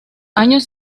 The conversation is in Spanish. años